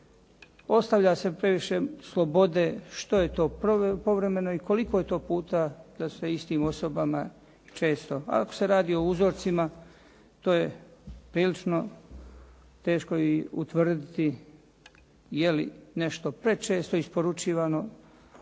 Ostavlja se previše slobode što je to povremeno i koliko je to puta to sve istim osobama često. Ako se radi o uzorcima to je prilično teško i utvrditi je li nešto prečesto isporučivano